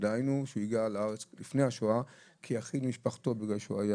שהגיע לארץ לפני השואה כיחיד ממשפחתו בגלל שהוא היה